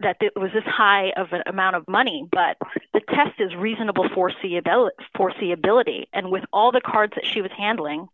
that it was this high of an amount of money but the test is reasonable for c l foreseeability and with all the cards that she was handling